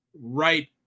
right